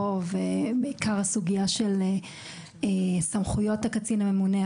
ובעיקר הסוגיה של סמכויות הקצין הממונה,